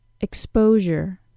Exposure